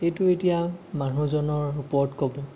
এইটো এতিয়া মানুহজনৰ ওপৰত ক'ব